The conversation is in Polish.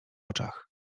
oczach